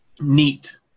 neat